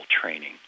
training